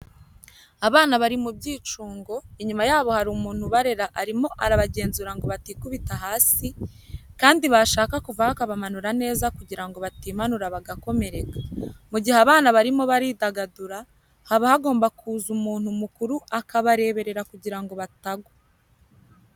Aba bari mu byicungo, inyuma yabo hari umuntu ubarera arimo arabagenzura ngo batikubita hasi, kandi bashaka kuvaho akabamanura neza kugira ngo batimanura bagakomereka. Mu gihe abana barimo baridagadura, haba hagomba kuza umuntu mukuru akabareberera kugira ngo batagwa.